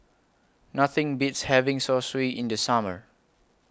Nothing Beats having Zosui in The Summer